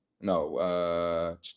No